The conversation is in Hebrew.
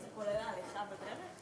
זה כולל ההליכה בדרך?